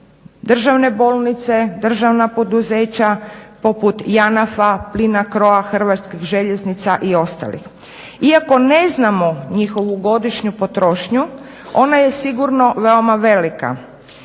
državne bolnice, državna poduzeća poput JANAF-a, Plinacro-a, HŽ-a i ostalih. Iako ne znamo njihovu godišnju potrošnju ona je sigurno veoma velika